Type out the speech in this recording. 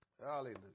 Hallelujah